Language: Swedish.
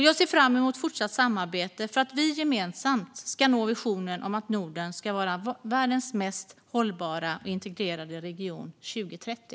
Jag ser fram emot fortsatt samarbete för att vi gemensamt ska nå visionen om att Norden ska vara världens mest hållbara och integrerade region 2030.